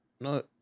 No